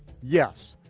yes,